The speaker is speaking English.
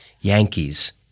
Yankees